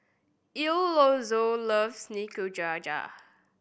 Elonzo loves Nikujaga